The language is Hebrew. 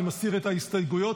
אני מסיר את ההסתייגויות.